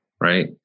right